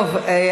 טוב,